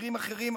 במקרים אחרים,